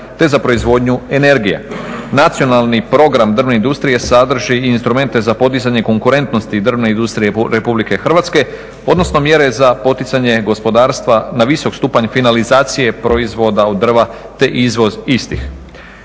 te za proizvodnju energije. Nacionalni program drvne industrije sadrži i instrumente za podizanje konkurentnosti drvne industrije RH, odnosno mjere za poticanje gospodarstva na visok stupanj finalizacije proizvoda od drva te izvoz istih.